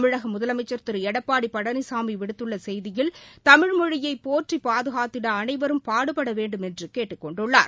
தமிழக முதலமைச்சர் திரு எடப்பாடி பழனிசாமி விடுத்துள்ள செய்தியில் தமிழ்மொழியை போற்றி பாதுகாத்திட அனைவரும் பாடுபட வேண்டும் என்று கேட்டுக் கொண்டுள்ளார்